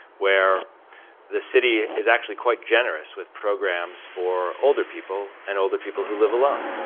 where the city is actually quite generous with programs for older people and older people who live alone.